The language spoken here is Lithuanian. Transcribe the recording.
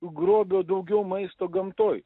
grobio daugiau maisto gamtoj